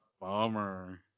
bummer